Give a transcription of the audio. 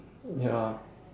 ya